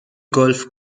golf